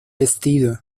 vestido